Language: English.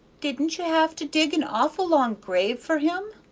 didn't you have to dig an awful long grave for him?